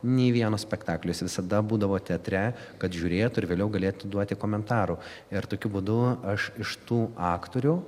nė vieno spektaklio jis visada būdavo teatre kad žiūrėtų ir vėliau galėtų duoti komentarų ir tokiu būdu aš iš tų aktorių